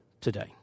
today